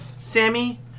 Sammy